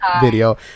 video